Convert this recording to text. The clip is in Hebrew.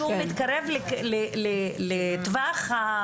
ביודעו שהוא מתקרב לטווח ההפרה.